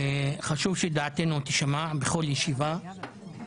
חשוב שדעתנו תישמע בכל ישיבה.